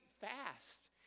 fast